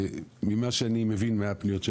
ממה שאני מבין מהפניות,